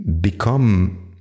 become